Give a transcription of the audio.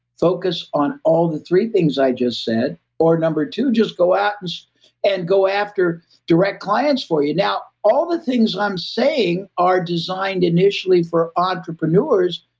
focus on all the three things i just said, or number two, just go out and and go after direct clients for you. now, all the things i'm saying are designed initially for entrepreneurs.